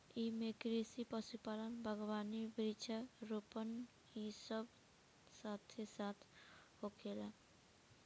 एइमे कृषि, पशुपालन, बगावानी, वृक्षा रोपण इ सब साथे साथ होखेला